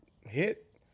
hit